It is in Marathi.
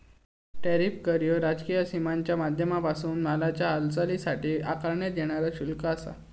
टॅरिफ कर ह्यो राजकीय सीमांच्या माध्यमांपासून मालाच्या हालचालीसाठी आकारण्यात येणारा शुल्क आसा